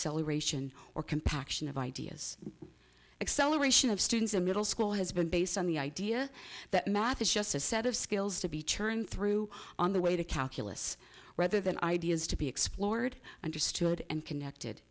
acceleration or compaction of ideas acceleration of students a middle school has been based on the idea that math is just a set of skills to be churned through on the way to calculus rather than ideas to be explored understood and connected